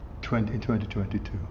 2022